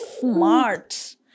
smart